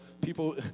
people